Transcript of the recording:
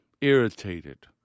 irritated